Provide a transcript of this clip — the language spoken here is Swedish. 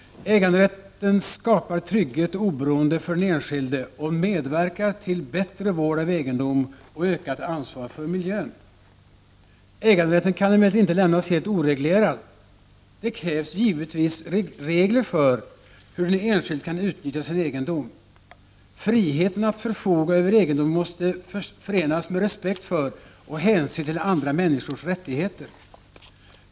Äganderätten skapar trygghet och oberoende för den enskilde och medverkar till bättre vård av egendom och ökat ansvar för miljön. Äganderätten kan emellertid inte lämnas helt oreglerad. Det krävs givetvis regler för hur den enskilde kan utnyttja sin egendom. Friheten att förfoga över egendomen måste givetvis förenas med respekt för och hänsyn till andra människors rättigheter.